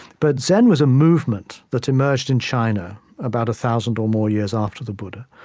but zen was a movement that emerged in china about a thousand or more years after the buddha.